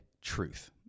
truth